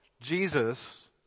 Jesus